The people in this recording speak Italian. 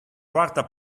quarta